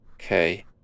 Okay